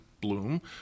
bloom